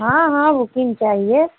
हाँ हाँ बुकिंग चाहिए